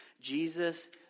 Jesus